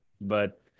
But-